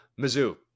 Mizzou